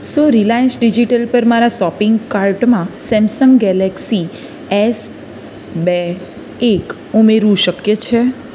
શું Reliance Digital પર મારા સોપિંગ કાર્ટમાં સેમસંગ ગેલેક્સી એસ બે એક ઉમેરવું શક્ય છે